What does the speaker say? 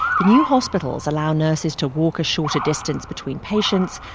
the new hospitals allow nurses to walk a shorter distance between patients,